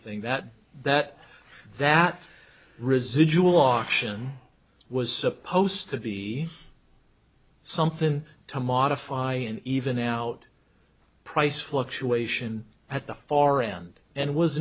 thing that that that residual auction was supposed to be something to modify and even out price fluctuation at the far end and